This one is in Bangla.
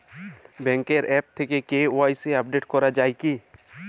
ব্যাঙ্কের আ্যপ থেকে কে.ওয়াই.সি আপডেট করা যায় কি?